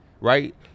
Right